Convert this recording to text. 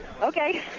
Okay